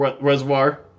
reservoir